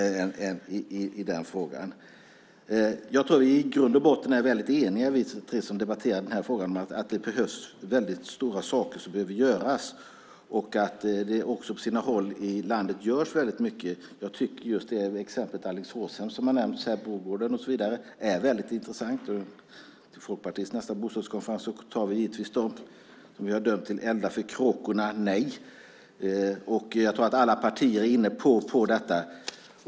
Vi tre som debatterar frågan är i grund och botten eniga om att det behöver göras stora saker. På sina håll i landet görs mycket. Exemplet Alingsåshem, Brogården, som har nämnts här är intressant. Vid Folkpartiets nästa bostadskonferens kommer vi givetvis att ta upp de frågor som vi har döpt till Elda för kråkorna - nej. Jag tror att alla partierna är inne på detta.